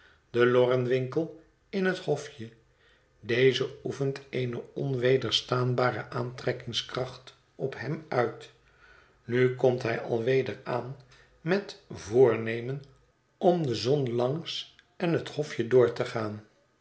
de lorrenwinkel in het hofje deze oefent eene onwederstaanbare aantrekkingskracht op hem uit nu komt hij alweder aan met voornemen om de zon langs en het hofje door te gaan